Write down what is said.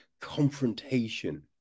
confrontation